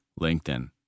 LinkedIn